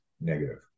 negative